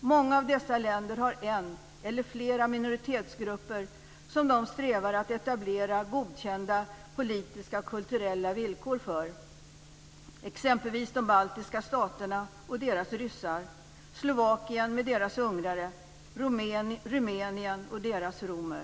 Många av dessa länder har en eller flera minoritetsgrupper som man strävar efter att etablera godkända politiska och kulturella villkor för. Exempel är de baltiska staterna och ryssarna, Slovakien och dess ungrare, Rumänien och dess romer.